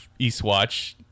Eastwatch